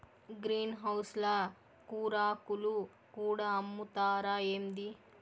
green house ల కూరాకులు కూడా అమ్ముతారా ఏంది